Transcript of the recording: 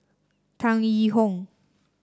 Tan Yee Hong